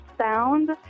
sound